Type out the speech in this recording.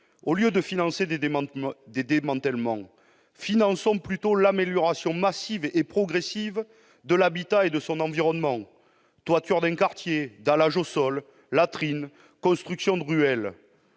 Au lieu de financer des démantèlements, finançons plutôt l'amélioration massive et progressive de l'habitat et de son environnement- toitures, dallage, latrines, construction de ruelles